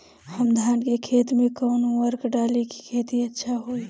हम धान के खेत में कवन उर्वरक डाली कि खेती अच्छा होई?